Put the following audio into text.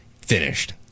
Finished